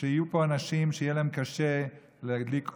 שיהיו פה אנשים שיהיה להם קשה להדליק אור,